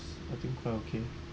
I think quite okay